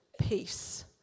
peace